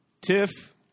Tiff